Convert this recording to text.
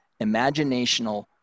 imaginational